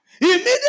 Immediately